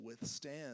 withstand